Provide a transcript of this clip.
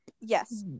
Yes